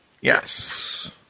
Yes